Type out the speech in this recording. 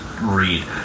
read